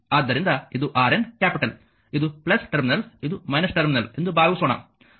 ಆದ್ದರಿಂದ ಇದು RN capital ಇದು ಟರ್ಮಿನಲ್ ಇದು ಟರ್ಮಿನಲ್ ಎಂದು ಭಾವಿಸೋಣ